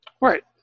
Right